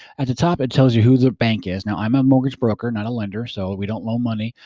at the top it tells you who the bank is. now i'm a mortgage broker, not a lender. so we don't loan money.